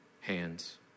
hands